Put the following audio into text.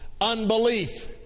unbelief